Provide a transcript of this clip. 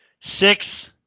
Six